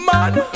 Man